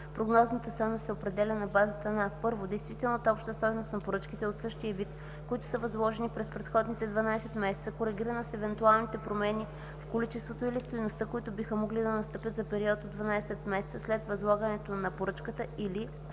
прогнозната стойност се определя на базата на: 1. действителната обща стойност на поръчките от същия вид, които са възложени през предходните 12 месеца, коригирана с евентуалните промени в количеството или стойността, които биха могли да настъпят за период от 12 месеца след възлагането на поръчката, или 2.